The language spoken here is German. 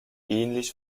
ähnlich